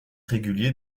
réguliers